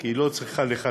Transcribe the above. כי היא לא צריכה לחנך,